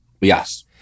Yes